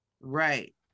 right